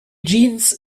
jeans